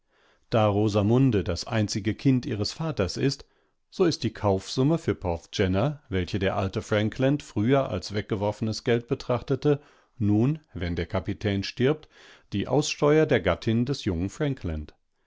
da rosamunde das einzige kind ihres vaters ist so ist die kaufsumme für porthgenna welche der alte frankland früher als weggeworfenes geld betrachtete nun wenn der kapitän stirbt die aussteuer der gattin des jungen frankland